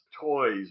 toys